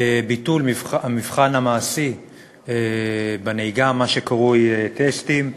ביטול המבחן המעשי בנהיגה, מה שקרוי טסטים.